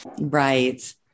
Right